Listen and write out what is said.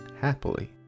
happily